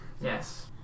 Yes